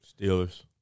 Steelers